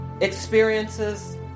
experiences